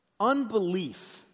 Unbelief